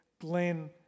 Glenn